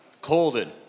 Colton